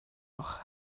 noch